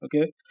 okay